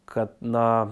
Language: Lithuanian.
kad na